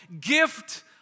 gift